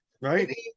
Right